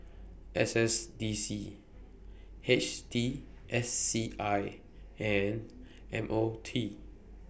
S S D C H T S C I and M O T